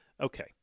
Okay